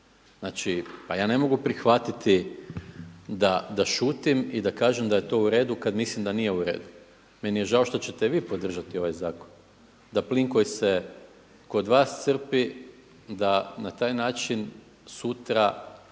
Znači ja ne mogu prihvatiti da šutim i da kažem da je to uredu kada mislim da nije uredu. Meni je žao što ćete vi podržati ovaj zakon da plin koji se kod vas crpi da na taj način sutra